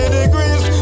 degrees